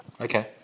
Okay